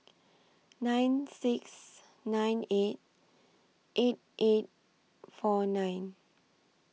nine six nine eight eight eight four nine